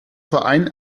verein